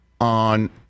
on